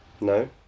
No